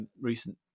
recent